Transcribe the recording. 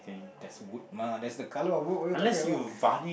that is wood mah that is the colour of wood what are you talking about